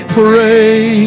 pray